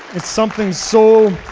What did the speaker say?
it's something so.